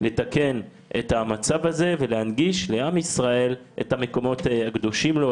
לתקן את המצב הזה ולהנגיש לעם ישראל את המקומות הקדושים לו,